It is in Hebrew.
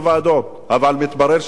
אבל מתברר שוועדות הכנסת,